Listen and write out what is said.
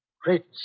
Great